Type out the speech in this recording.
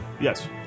Yes